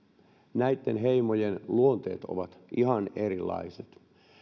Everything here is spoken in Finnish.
näitten heimojen luonteet ovat ihan erilaiset